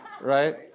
Right